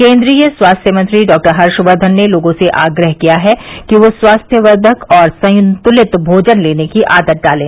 केंद्रीय स्वास्थ्य मंत्री डॉ हर्षवर्धन ने लोगों से आग्रह किया है कि वे स्वास्थ्य वर्धक और संतुलित भोजन लेने की आदत डालें